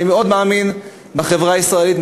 אני מאוד מאמין בחברה הישראלית,